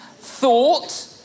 thought